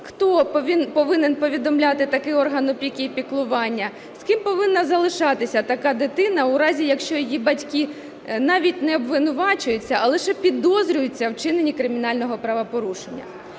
хто повинен повідомляти такий орган опіки і піклування. З ким повинна залишатися така дитина у разі, якщо її батьки навіть не обвинувачуються, а лише підозрюються у вчиненні кримінального правопорушення?